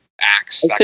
acts